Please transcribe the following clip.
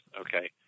Okay